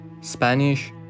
Spanish